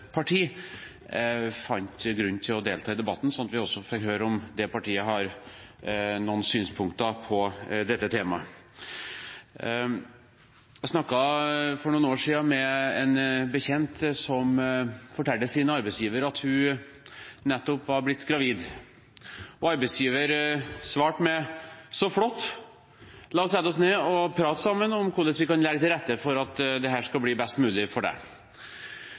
vi fikk høre om det partiet har noen synspunkter på dette temaet. Jeg snakket for noen år siden med en bekjent som fortalte sin arbeidsgiver at hun nettopp var blitt gravid, og arbeidsgiveren svarte: Så flott! La oss sette oss ned og prate sammen om hvordan vi kan legge til rette for at dette skal bli best mulig for deg. Slike arbeidsgivere trenger vi, og det